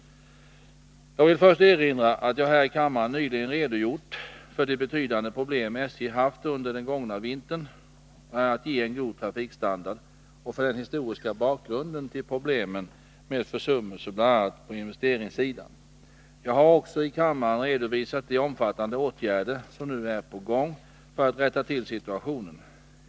Jag vill först erinra om att jag här i kammaren nyligen redogjort för de betydande problem SJ haft under den gångna vintern att ge en god trafikstandard och för den historiska bakgrunden till problemen med försummelser bl.a. på investeringssidan. Jag har också i kammaren redovisat de omfattande åtgärder som nu är på gång för att rätta till situationen.